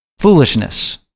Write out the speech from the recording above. Foolishness